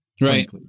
Right